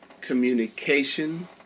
communication